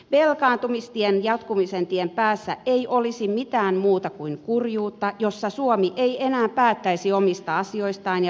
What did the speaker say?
velkaantumistien jatkumisen tien päässä ei olisi mitään muuta kuin kurjuutta jossa suomi ei enää päättäisi omista asioistaan ja palveluistaan